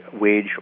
wage